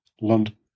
London